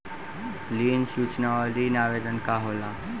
ऋण सूचना और ऋण आवेदन का होला?